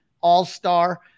all-star